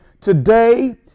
today